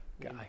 Guy